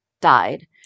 died